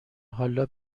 حالا